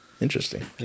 interesting